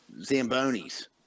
Zambonis